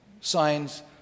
signs